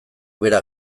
bera